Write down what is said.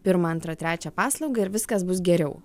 pirmą antrą trečią paslaugą ir viskas bus geriau